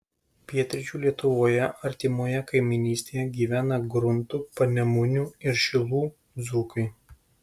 pietryčių lietuvoje artimoje kaimynystėje gyvena gruntų panemunių ir šilų dzūkai